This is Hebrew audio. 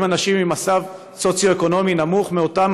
האם אנשים במצב סוציו-אקונומי נמוך מאותם